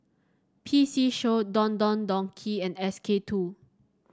P C Show Don Don Donki and SK two